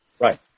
Right